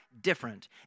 different